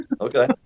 Okay